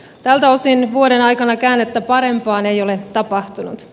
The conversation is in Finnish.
tältä osin vuoden aikana käännettä parempaan ei ole tapahtunut